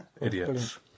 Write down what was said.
idiots